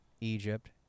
Egypt